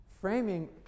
Framing